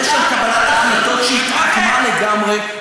ויש שם קבלת החלטות שהתעקמה לגמרי,